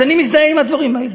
אז אני מזדהה עם הדברים האלה.